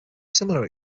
similar